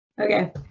Okay